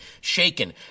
shaken